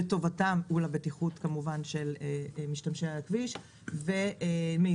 לטובתם מול הבטיחות של משתמשי הכביש ומהירות.